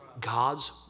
God's